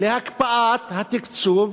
להקפיא את התקצוב